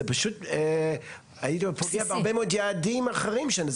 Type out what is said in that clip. זה פשוט פוגע בהרבה מאוד יעדים אחרים שם.